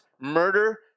murder